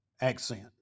accent